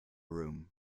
room